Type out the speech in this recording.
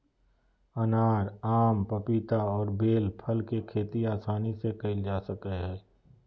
अनार, आम, पपीता और बेल फल के खेती आसानी से कइल जा सकय हइ